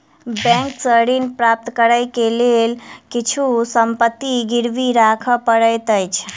bank सॅ ऋण प्राप्त करै के लेल किछु संपत्ति गिरवी राख पड़ैत अछि